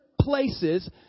places